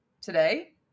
today